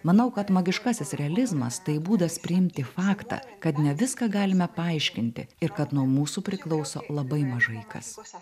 manau kad magiškasis realizmas tai būdas priimti faktą kad ne viską galime paaiškinti ir kad nuo mūsų priklauso labai mažai kas